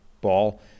ball